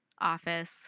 office